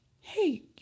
Hey